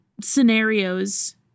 scenarios